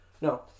No